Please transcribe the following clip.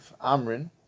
Amrin